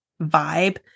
vibe